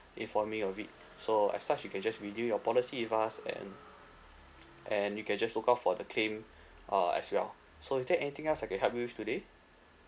info may of it so as such you can just renew your policy with us and and you can just look out for the claim uh as well so is there anything else I can help you with today